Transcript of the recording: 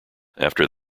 after